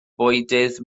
bwydydd